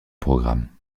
programme